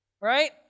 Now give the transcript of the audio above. right